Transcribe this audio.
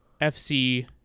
FC